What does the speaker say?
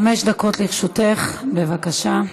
חמש דקות לרשותך, בבקשה.